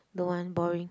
don't want boring